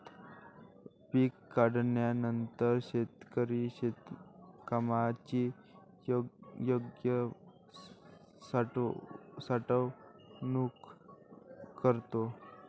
पीक काढणीनंतर शेतकरी शेतमालाची योग्य साठवणूक करतो